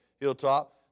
hilltop